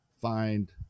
find